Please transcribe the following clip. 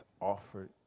offered